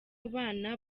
abana